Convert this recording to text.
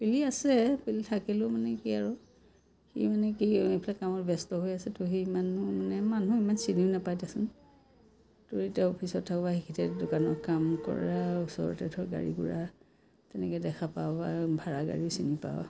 পিলি আছে পিল থাকিলেও মানে কি আৰু সি মানে কি এইবিলাকত কামত ব্যস্ত হৈ আছেতো সি মানুহ ইমান মানে মানুহ ইমান চিনিও নাপায় দেচোন তই এতিয়া অফিচত থাক সেইখিনিতে দোকানত কাম কৰা ওচৰতে ধৰ গাড়ী গোৰা তেনেকৈ দেখা পাৱ বা ভাৰা গাড়ী চিনি পাৱ